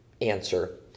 answer